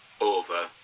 over